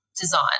design